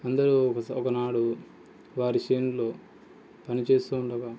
అందరూ ఒక ఒకనాడు వారి చేనులో పనిచేస్తూ ఉండగా